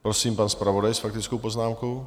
Prosím, pan zpravodaj s faktickou poznámkou.